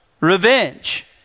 revenge